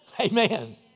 Amen